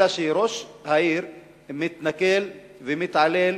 אלא שראש העיר מתנכל ומתעלל,